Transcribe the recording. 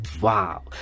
Wow